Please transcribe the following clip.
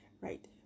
right